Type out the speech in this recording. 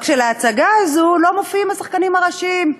רק שלהצגה הזאת לא מופיעים השחקנים הראשיים.